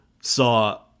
Saw